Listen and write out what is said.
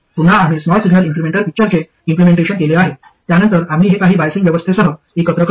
पुन्हा आम्ही small signal incremental पिक्चरचे इम्प्लिमेंटेशन केले आहे त्यानंतर आम्ही हे काही बाईजिंग व्यवस्थेसह एकत्र करू